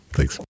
Thanks